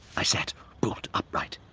i sat bolt upright.